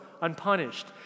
unpunished